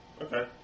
Okay